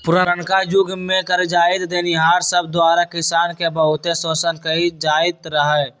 पुरनका जुग में करजा देनिहार सब द्वारा किसान के बहुते शोषण कएल जाइत रहै